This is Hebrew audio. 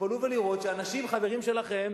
תתפלאו לראות שאנשים, חברים שלכם,